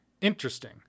interesting